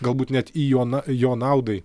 galbūt net į jo jo naudai